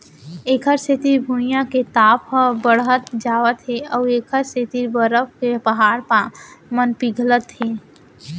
एखर सेती भुइयाँ के ताप ह बड़हत जावत हे अउ एखर सेती बरफ के पहाड़ मन पिघलत हे